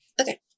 Okay